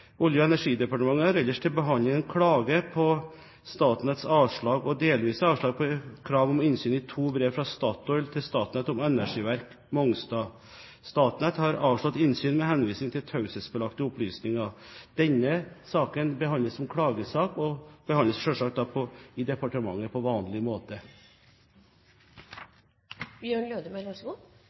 Olje- og energidepartementet har ellers til behandling en klage på Statnetts avslag og delvise avslag på krav om innsyn i to brev fra Statoil til Statnett om Energiverk Mongstad. Statnett har avslått innsyn med henvisning til taushetsbelagte opplysninger. Denne saken behandles som klagesak og behandles selvsagt da i departementet på vanlig